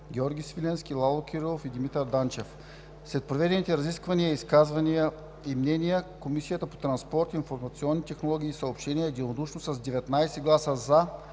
Георги Свиленски, Лало Кирилов и Димитър Данчев. След проведените разисквания и изказаните мнения Комисията по транспорт, информационни технологии и съобщения единодушно с 19 гласа „за“